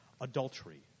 adultery